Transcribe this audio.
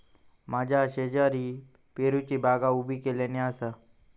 माझ्या शेजारी पेरूची बागा उभी केल्यानी आसा